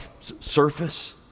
surface